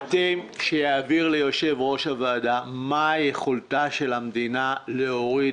שיבהיר ליושב-ראש הוועדה מה יכולתה של המדינה להוריד